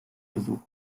besuch